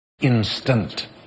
Instant